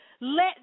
Let